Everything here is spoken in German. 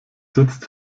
sitzt